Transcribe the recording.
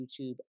YouTube